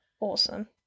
Awesome